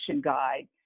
guide